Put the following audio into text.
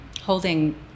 holding